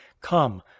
Come